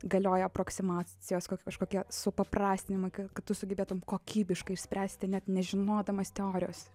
galioja aproksimacijos ka kažkokie supaprastinimai kad tu sugebėtum kokybiškai išspręsti net nežinodamas teorijos